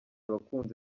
abakunzi